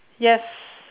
yes